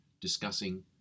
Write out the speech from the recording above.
discussing